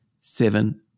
seven